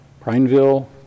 Prineville